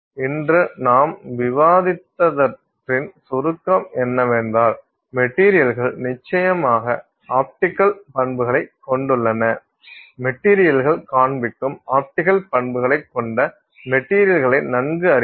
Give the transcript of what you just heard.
இன்று நாம் விவாதித்தவற்றின் சுருக்கம் என்னவென்றால் மெட்டீரியல்கள் நிச்சயமாக ஆப்டிக்கல் பண்புகளைக் கொண்டுள்ளன மெட்டீரியல்கள் காண்பிக்கும் ஆப்டிக்கல் பண்புகளைக் கொண்ட மெட்டீரியல்களை நன்கு அறிவோம்